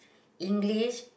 English